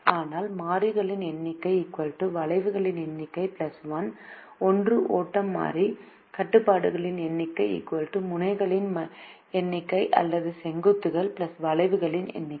அதனால்மாறிகளின் எண்ணிக்கை வளைவுகளின் எண்ணிக்கை 1 ஒன்று ஓட்டம் மாறிகட்டுப்பாடுகளின் எண்ணிக்கை முனைகளின் எண்ணிக்கை அல்லது செங்குத்துகள் வளைவுகளின் எண்ணிக்கை